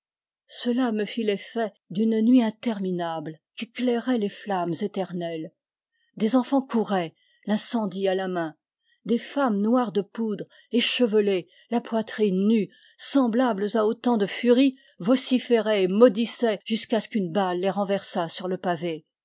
cela me fit l'effet d'une nuit interminable qu'éclairaient les flammes éternelles des enfans couraient l'incendie à la main des femmes noires de poudre échevelées la poitrine nue semblables à autant de furies vociféraient et maudissaient jusqu'à ce qu'une balle les renversât sur le pavé